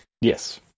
Yes